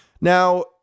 Now